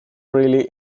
really